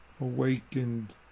awakened